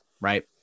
right